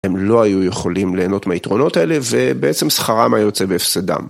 הם לא היו יכולים ליהנות מהיתרונות האלה ובעצם שכרם היה יוצא בהפסדם.